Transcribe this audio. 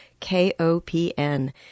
KOPN